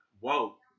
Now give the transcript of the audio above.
woke